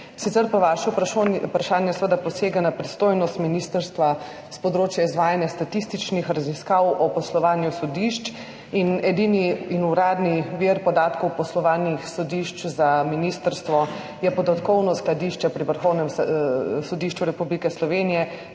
Sicer pa vaše vprašanje seveda posega na pristojnost ministrstva s področja izvajanja statističnih raziskav o poslovanju sodišč. In edini uradni vir podatkov poslovanja sodišč za ministrstvo je podatkovno skladišče pri Vrhovnem sodišču Republike Slovenije,